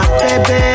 baby